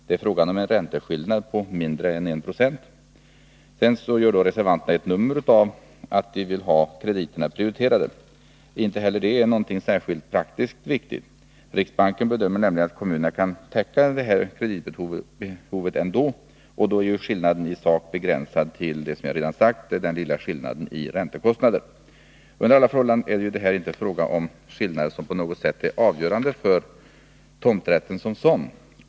Det är fråga om en ränteskillnad på mindre än 1 26. Sedan gör reservanterna ett nummer av att de vill ha krediterna prioriterade. Inte heller det är någonting som är särskilt praktiskt viktigt. Riksbanken bedömer nämligen att kommunerna kan täcka det här kreditbehovet ändå, och då är ju skillnaden i sak begränsad till, som jag redan sagt, den lilla skillnaden i räntekostnader. Under alla förhållanden är det här inte fråga om skillnader som på något sätt är avgörande för tomträtten som sådan.